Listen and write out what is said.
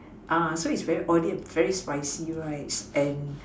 so it's very oily and very spicy right